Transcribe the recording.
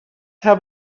have